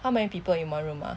how many people in one room ah